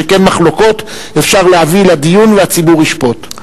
שכן מחלוקות אפשר להביא לדיון והציבור ישפוט.